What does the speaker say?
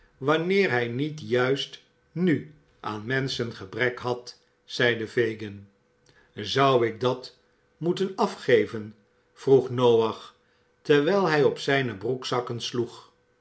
wanneer hij niet juist nu aan menschen gebrek had zeide fagin zou ik dat moeten afgeven vroeg noach terwijl hij op zijne broekzakken sloeg